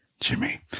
Jimmy